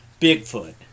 Bigfoot